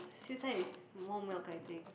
siew dai is more milk I think